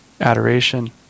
adoration